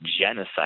genocide